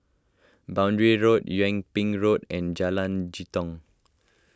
Boundary Road Yung Ping Road and Jalan Jitong